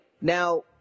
Now